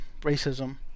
racism